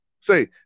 Say